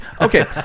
Okay